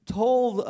told